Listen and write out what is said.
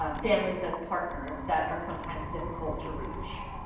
um families as partners that are sometimes difficult to reach.